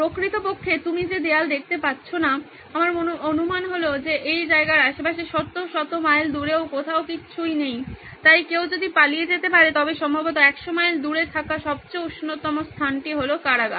প্রকৃতপক্ষে আপনি যে দেয়াল দেখতে পাচ্ছেন না আমার অনুমান হল যে এই জায়গার আশেপাশে শত শত মাইল দূরেও কিছুই নেই তাই কেউ যদি পালিয়ে যেতে পারে তবে সম্ভবত 100 মাইল দূরে থাকা সবচেয়ে উষ্ণতম স্থান হল কারাগার